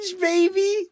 baby